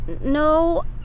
No